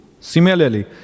Similarly